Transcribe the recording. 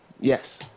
Yes